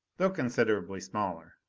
though considerably smaller.